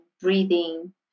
breathing